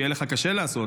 שיהיה לך קשה לעשות.